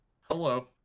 hello